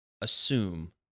assume